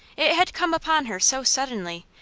it had come upon her so suddenly,